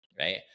right